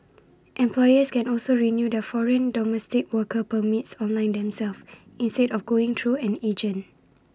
employers can also renew their foreign domestic worker permits online themselves instead of going through an agent